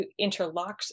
interlocks